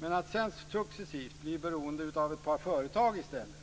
Men att sedan successivt bli beroende av ett par företag i stället